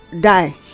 die